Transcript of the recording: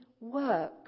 work